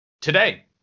today